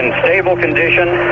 and stable condition,